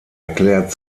erklärt